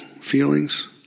feelings